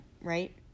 right